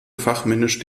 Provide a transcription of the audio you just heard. fachmännisch